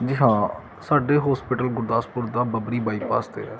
ਜੀ ਹਾਂ ਸਾਡੇ ਹੋਸਪਿਟਲ ਗੁਰਦਾਸਪੁਰ ਦਾ ਬਬਰੀ ਬਾਈਪਾਸ 'ਤੇ ਹੈ